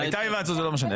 זה לא משנה.